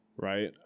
Right